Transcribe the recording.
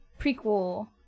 prequel